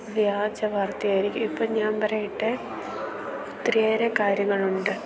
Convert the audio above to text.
വ്യാജ വാർത്ത ആയിരിക്കും ഇപ്പം ഞാൻ പറയട്ടെ ഒത്തിരിയേറെ കാര്യങ്ങൾ ഉണ്ട്